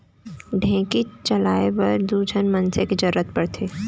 ढेंकीच चलाए बर दू झन मनसे के जरूरत पड़थे